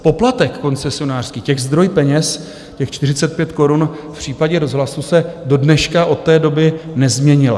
Poplatek koncesionářský, zdroj peněz, těch 45 korun v případě rozhlasu, se dodneška od té doby nezměnil.